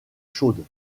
chaudes